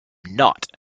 not